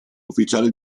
ufficiale